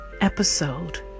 episode